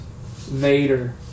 Vader